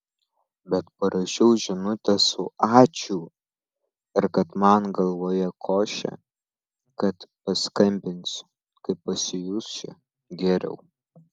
bet parašiau žinutę su ačiū ir kad man galvoje košė kad paskambinsiu kai pasijusiu geriau